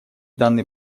данный